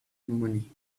money